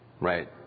Right